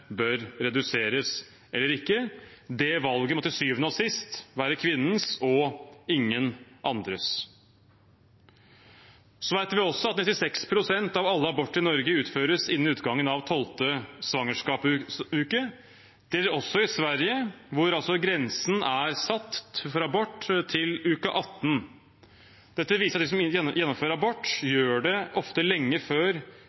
bør reduseres eller ikke. Det valget må til syvende og sist være kvinnens og ingen andres. Vi vet også at 96 pst. av alle aborter i Norge utføres innen utgangen av tolvte svangerskapsuke. Det gjelder også i Sverige, hvor grensen for abort er satt til uke 18. Dette viser at de som gjennomfører abort, ofte gjør det lenge før